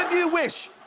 you wish,